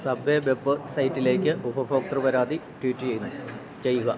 subway വെബ്സൈറ്റിലേക്ക് ഉപഭോക്തൃ പരാതി ട്വീറ്റ് ചെയ്യുക